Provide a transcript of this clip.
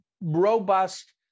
robust